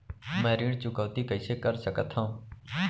मैं ऋण चुकौती कइसे कर सकथव?